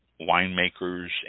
winemakers